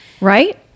right